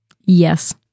Yes